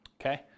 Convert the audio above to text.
okay